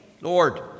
Lord